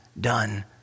done